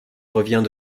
revient